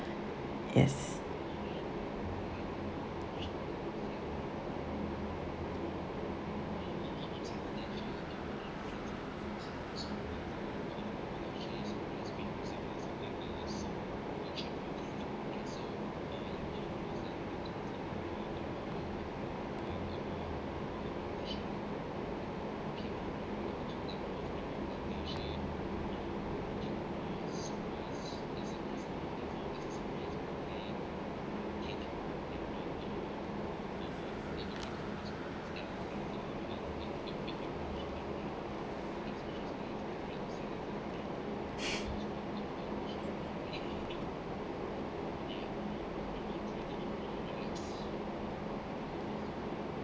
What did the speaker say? yes